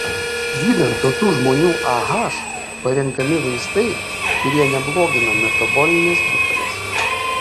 gydant tokių žmonių ah parenkami vaistai kurie neblogina metabolinės būklės